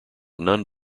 none